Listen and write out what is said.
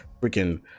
Freaking